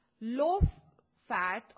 low-fat